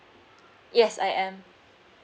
yes I am